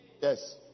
Yes